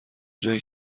جایی